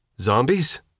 Zombies